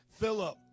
Philip